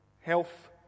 Health